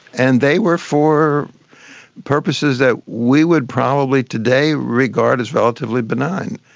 and they were for purposes that we would probably today regard as relatively benign.